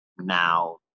now